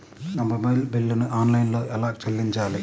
నా మొబైల్ బిల్లును ఆన్లైన్లో ఎలా చెల్లించాలి?